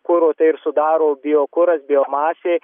kuro ir sudaro biokuras biomasė